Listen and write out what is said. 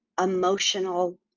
emotional